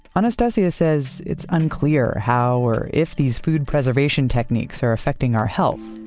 anastacia says it's unclear how, or if, these food preservation techniques are affecting our health.